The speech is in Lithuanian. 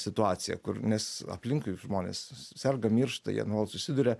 situaciją kur nes aplinkui žmonės serga miršta jie nuolat susiduria